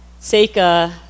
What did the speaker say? Seika